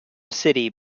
city